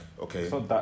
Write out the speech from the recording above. okay